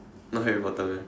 not Harry Potter meh